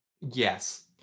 Yes